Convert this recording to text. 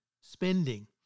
spending